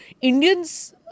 Indians